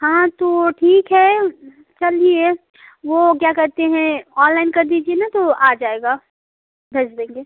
हाँ तो ठीक है चलिए वो क्या कहते हैं ऑनलाइन कर दीजिए न तो आ जाएगा भेज देंगे